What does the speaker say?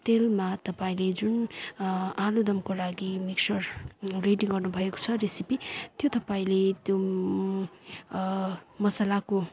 तेलमा तपाईँले जुन आलुदमको लागि मिक्सर रेडी गर्नुभएको छ रेसिपी त्यो तपाईँले त्यो मसलाको